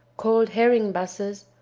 called herring-busses,